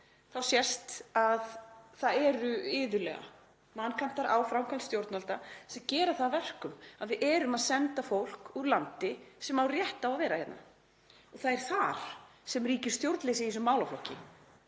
þá sést að það eru iðulega vankantar á framkvæmd stjórnvalda sem gera það að verkum að við erum að senda fólk úr landi sem á rétt á að vera hérna. Það er þar sem stjórnleysi ríkir í þessum málaflokki.